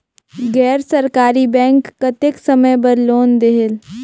गैर सरकारी बैंक कतेक समय बर लोन देहेल?